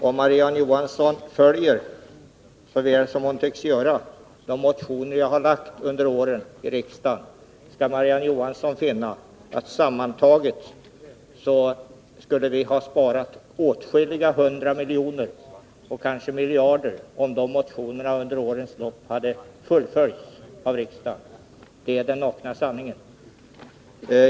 Om Marie-Ann Johansson följer så väl som hon tycks göra de motioner jag har väckt i riksdagen under åren, skall hon finna att vi sammantaget skulle ha sparat åtskilliga hundra miljoner, kanske miljarder, om riksdagen hade bifallit de motionerna, Det är den nakna sanningen.